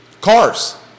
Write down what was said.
Cars